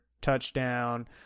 touchdown